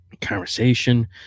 conversation